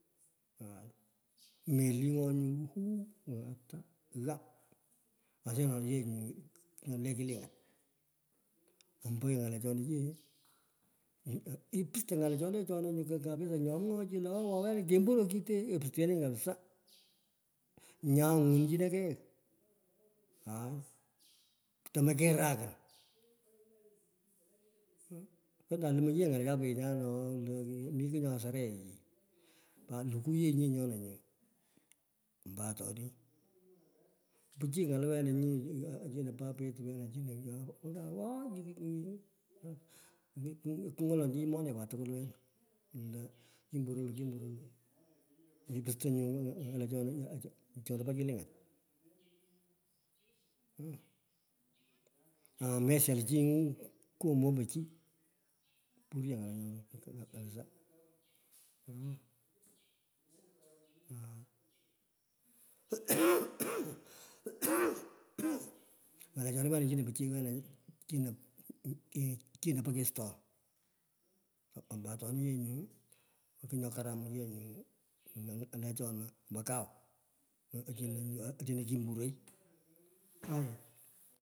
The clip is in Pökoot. Aaa, meling'o nyo wow ata ghara rasaye nyu nyona le ngalechani. Ombo ye ngalechani ye ipusto ngalechani ye nyu chona nyu kupisa nyo mwoghoi chi lo awe wena kembire kitee, pustenany kapsaa. Nyaa gwechinore aai tomekirakin aa wetar lumo yee ngalechan per lo oon mi kigh nyo kusorea yai. Pet lukwo yee nyi nyona nyuu ombo atoni. Pichiy ngala wena nyi chino pe aperitwena chino ghyena leptan ooi kik kingolonchini menekwe tukuwelwen lo kimberey io kimbery io puste nyu ngalechona ghacham chona pa kiligat atim amestial chi ngo mambo chi puryo ngalechona koto kapsaa oo crawl ki chino pu kestan ombo otoni ye ngu u kugh nye karam yee nyuu ilo ngalechona ombo kau otino kimburei.